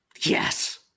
Yes